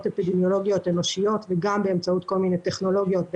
אפידמיולוגיות אנושיות וגם באמצעות כל מיני טכנולוגיות,